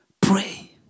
pray